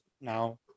Now